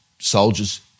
Soldiers